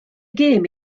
gêm